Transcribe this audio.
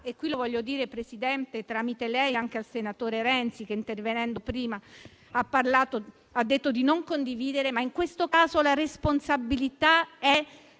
E qui lo voglio dire, Presidente, tramite lei anche al senatore Renzi, che intervenendo prima ha detto di non condividere. Ma in questo caso la responsabilità è